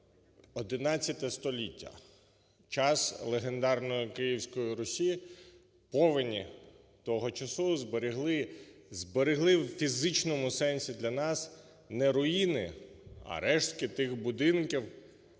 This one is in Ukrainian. відкрило ХІ століття, час легендарної Київської Русі. Повені того часу зберегли, зберегли у фізичному сенсі для нас не руїни, а рештки тих будинків,